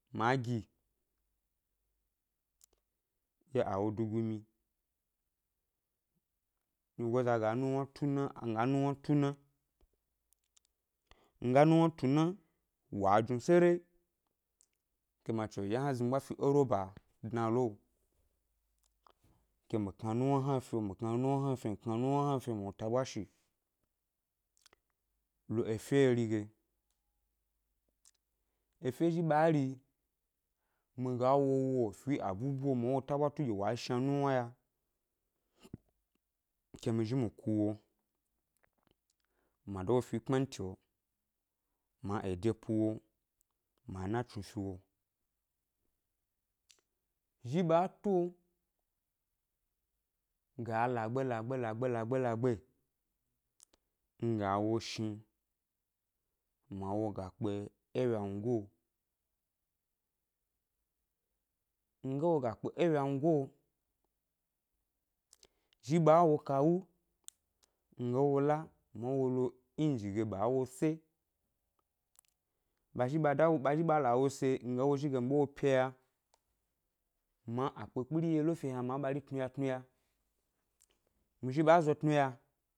Ma gi, ke a wo du gumyi, nyigoza ga nuwna tuna nga nuwna tuna, nga nuwna tuna wa jnu sereyi, ke ma chewyi ɗye hna zhni ʻɓwa fi é roba dnaloo, ke mi kna nuwna hna fio, mi kna nuwna hna fio, mi kna nuwna hna fio mi ta ɓwa shi, lo eferi ge, efe zhi ɓa ri, mi ga wo wo fi é abubu lo ma wo taɓwa tu gi wa shna nuwna ya, ke mi zhi mi ku wo ma da wo fi é kpmanti lo ma ede pu wo ma ʻna chnu fi wo, zhi ɓa tuo, ga lagbe, lagbe, lagbe, lagbe, nga wo shni ma wo ga kpe é wyango, nga wo ga kpe é wyangoo, zhi ɓa wo kawu, nga wo la ma wo lo inji ge ɓa wo sé, ɓa zhi ɓa da ɓa zhi ɓa la wo se mi ga wo zhi ge ma wo pyeya, ma akpikpiri nɗye lo fio hna ma ɓari tnuya tnuya, mi zhi ɓa zo tnuya